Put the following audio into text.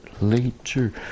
later